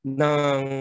ng